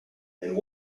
and